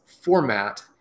format